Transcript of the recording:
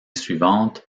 suivante